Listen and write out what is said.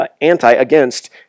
anti-against